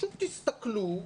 פשוט תסתכלו,